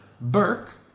Burke